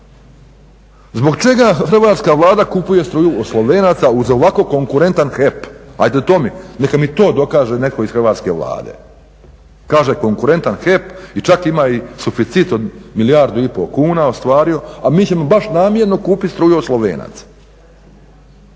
Zbog čega Hrvatska Vlada kupuje struju od Slovenaca uz ovako konkurentan HEP? Ajde neka mi to dokaže netko iz Hrvatske Vlade. Kaže konkurentan HEP i čak ima i suficit od milijardu i pol kuna, ostvario, a mi ćemo baš namjerno kupiti struju od Slovenaca.